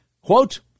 quote